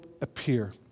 appear